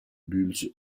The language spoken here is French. bulls